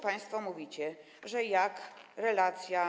Państwo mówicie, że jak relacja.